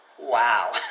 wow